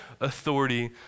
authority